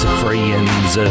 friends